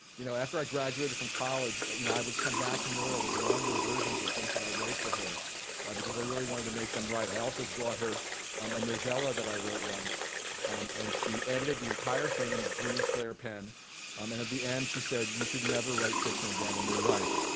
you know after i graduated from college you know i would come back to nora with longer versions of things that i wrote for her because i really wanted to make them right. i also brought her um a novella that i wrote once and she edited the entire thing in green flair pen um and at the end she said you should never write fiction again in your life